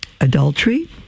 adultery